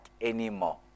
anymore